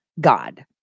God